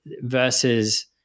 versus